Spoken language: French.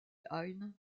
heine